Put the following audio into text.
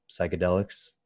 psychedelics